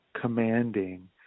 commanding